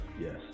yes